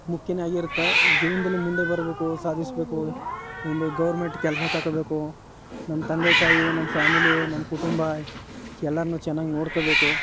ಮುಖ್ಯವೇ ಆಗಿರುತ್ತೆ ಜೀವನದಲ್ಲಿ ಮುಂದೆ ಬರಬೇಕು ಸಾಧಿಸ್ಬೇಕು ಒಂದು ಗೌರ್ಮೆಂಟ್ ಕೆಲಸ ತಗೊಳ್ಬೇಕು ನಮ್ಮ ತಂದೆ ತಾಯಿ ನಮ್ಮ ಫ್ಯಾಮಿಲೀ ನಮ್ಮ ಕುಟುಂಬ ಎಲ್ರನ್ನೂ ಚೆನ್ನಾಗಿ ನೋಡ್ಕೊಳ್ಬೇಕು